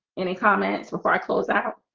any comments before i close out?